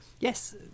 yes